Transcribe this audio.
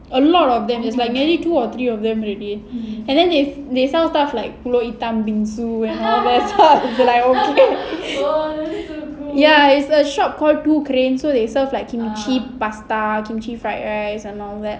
a lot of them is like nearly two or three of them already and then they they sell stuff like pulut hitam bingsu and all that's why I was like ya it's a shop called two cranes so they serve like kimchi pasta kimchi fried rice and all that